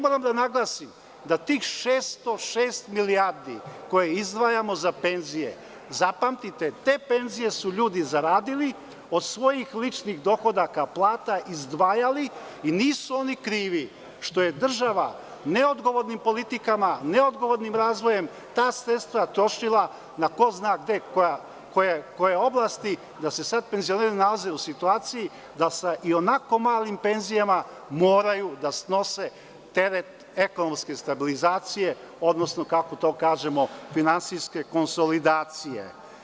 Moram da naglasim da tih 606 milijardi koje izdvajamo za penzije, zapamtite te penzije su ljudi zaradili od svojih ličnih dohodaka, plata izdvajali i nisu oni krivi što je država neodgovornim politikama, neodgovornim razvojem ta sredstva trošila na ko zna gde koje oblasti, da se sad penzioneri nalaze u situaciji da sa i onako malim penzijama moraju da snose teret ekonomske stabilizacije, odnosno kako to kažemo finansijske konsolidacije.